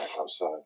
outside